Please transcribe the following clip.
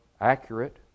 accurate